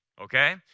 okay